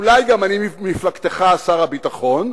אולי גם ממפלגתך שר הביטחון,